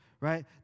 right